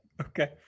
okay